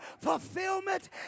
fulfillment